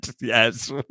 Yes